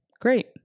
great